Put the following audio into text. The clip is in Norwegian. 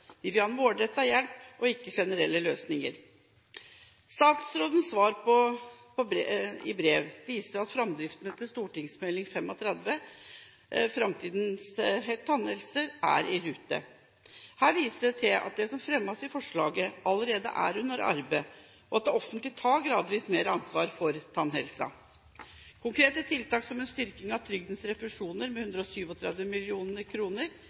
vil ha en målrettet hjelp, ikke generelle løsninger. Statsrådens brev viser til at oppfølgingen av St.meld. nr. 35 for 2006–2007, om framtidens tannhelsetjenester, er i rute. Her vises det til at det som fremmes i forslaget, allerede er under arbeid, og at det offentlige gradvis tar mer ansvar for tannhelsen. Konkrete tiltak som at trygdens refusjoner styrkes med